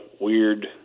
weird